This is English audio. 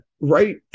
Right